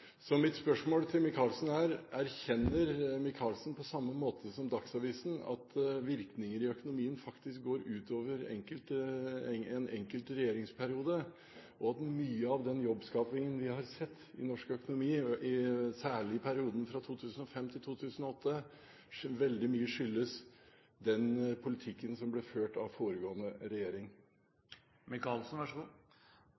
Så mitt spørsmål til Micaelsen er: Erkjenner Micaelsen, på samme måte som Dagsavisen, at virkninger i økonomien faktisk går utover en enkelt regjeringsperiode, og at mye av den jobbskapingen vi har sett i norsk økonomi, særlig i perioden fra 2005–2008, veldig mye skyldes den politikken som ble ført av foregående regjering?